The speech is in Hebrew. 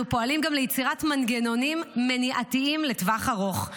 אנחנו פועלים גם ליצירת מנגנונים מניעתיים לטווח ארוך.